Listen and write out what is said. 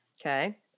okay